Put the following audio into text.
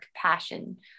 compassion